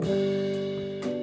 the